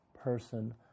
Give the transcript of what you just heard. person